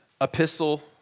epistle